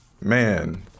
man